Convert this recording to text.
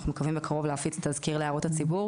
אנחנו מקווים בקרוב להפיץ את התזכיר להערות הציבור